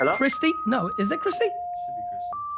um kristi, no is that kristi? it should be kristi.